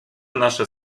nasze